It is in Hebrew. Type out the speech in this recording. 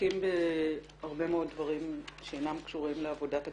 עסוקים בהרבה מאוד דברים שאינם קשורים לעבודת הכנסת,